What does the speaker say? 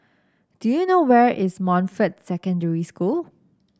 do you know where is Montfort Secondary School